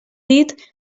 dit